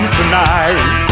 tonight